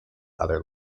other